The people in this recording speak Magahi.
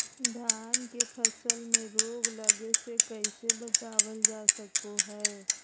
धान के फसल में रोग लगे से कैसे बचाबल जा सको हय?